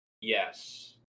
Yes